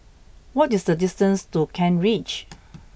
what is the distance to Kent Ridge